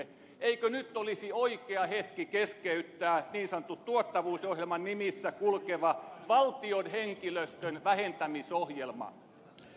eikö nyt olisi oikea hetki keskeyttää niin sanotun tuottavuusohjelman nimissä kulkeva valtion henkilöstön vähentämisohjelma